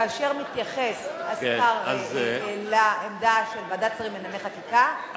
כאשר מתייחס השר לעמדה של ועדת שרים לענייני חקיקה,